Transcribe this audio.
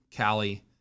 Callie